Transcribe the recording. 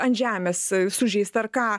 ant žemės sužeistą ar ką